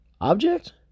object